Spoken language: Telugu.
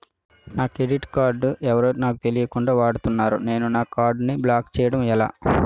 నా క్రెడిట్ కార్డ్ ఎవరో నాకు తెలియకుండా వాడుకున్నారు నేను నా కార్డ్ ని బ్లాక్ చేయడం ఎలా?